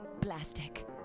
Plastic